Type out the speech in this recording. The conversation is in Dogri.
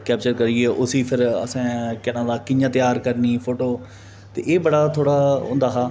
ते उसी केप्चर करियै भी असें कि'यां त्यार करनी फोटो ते एह् बड़ा थोह्ड़ा होंदा हा